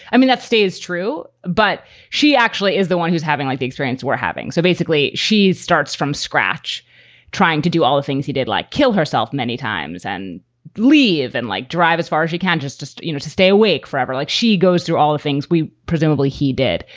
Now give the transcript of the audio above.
i mean, that stays true. but she actually is the one who's having like life experience we're having. so basically, she starts from scratch trying to do all the things he did, like kill herself many times and leave and like drive as far as she can just just you know to stay awake forever. like she goes through all the things we presumably he did.